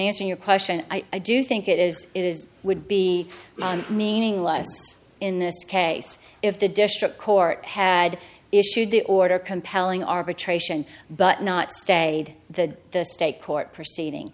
answering your question i do think it is it is would be meaningless in this case if the district court had issued the order compelling arbitration but not stayed the the state court proceeding